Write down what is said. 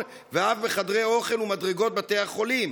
ואף בחדרי אוכל ומדרגות בתי החולים.